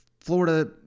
Florida